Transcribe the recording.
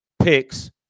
picks